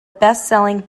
bestselling